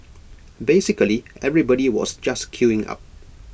basically everybody was just queuing up